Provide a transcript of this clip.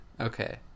Okay